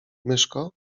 myszko